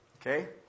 Okay